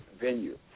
venue